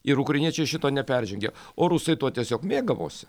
ir ukrainiečiai šito neperžengė o rusai tuo tiesiog mėgavosi